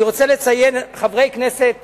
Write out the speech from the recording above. אני רוצה לציין חברי כנסת